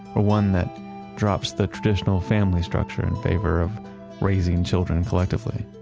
or one that drops the traditional family structure in favor of raising children collectively